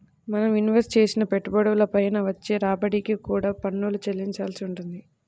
మనం ఇన్వెస్ట్ చేసిన పెట్టుబడుల పైన వచ్చే రాబడికి కూడా పన్నులు చెల్లించాల్సి వుంటది